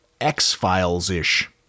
X-Files-ish